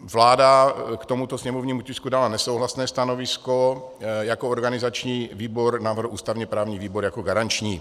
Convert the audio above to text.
Vláda k tomuto sněmovnímu tisku dala nesouhlasné stanovisko, organizační výbor navrhl ústavněprávní výbor jako garanční.